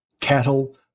Cattle